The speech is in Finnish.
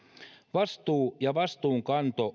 vastuu ja vastuunkanto